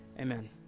Amen